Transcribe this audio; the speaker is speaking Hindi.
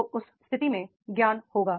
तो उस स्थिति में ज्ञान होगा